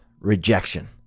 rejection